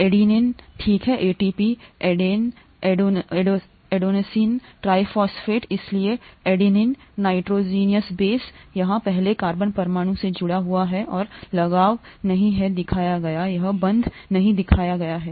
adenine ठीक है ATP aden adenosine triphosphate इसलिए ए एडेनिन नाइट्रोजनस बेस यह यहाँ पहले कार्बन परमाणु से जुड़ा हुआ है और लगाव नहीं है दिखाया गया है यहाँ बंधन नहीं दिखाया गया है